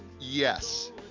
Yes